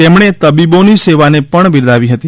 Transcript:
તેમણે તબીબોની સેવાને પણ બિરદાવી હતી